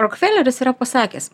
rokfeleris yra pasakęs